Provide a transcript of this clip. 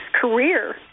career